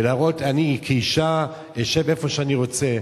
ולהראות: אני כאשה אשב איפה שאני רוצה,